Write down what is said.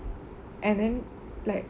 and then like